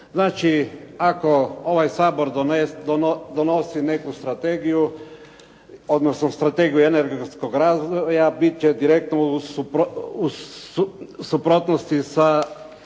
Znači, ako ovaj Sabor donosi neku strategiju odnosno Strategiju energetskog razvoja bit će direktno u suprotnosti sa